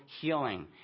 healing